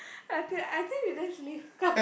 I think I think you just leave come